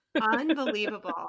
Unbelievable